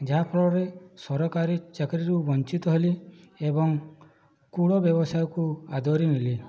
ଯାହା ଫଳରେ ସରକାରୀ ଚାକିରିରୁ ବଞ୍ଚିତ ହେଲି ଏବଂ କୂଳ ବ୍ୟବସାୟକୁ ଆଦରି ନେଲି